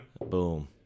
Boom